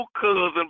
cousin